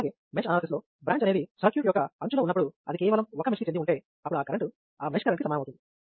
అలాగే mesh analysis లో branch అనేది సర్క్యూట్ యొక్క అంచులో ఉన్నప్పుడు అది కేవలం ఒక మెష్ కి చెంది ఉంటే అప్పుడు ఆ కరెంటు ఆ మెష్ కరెంట్ కి సమానం అవుతుంది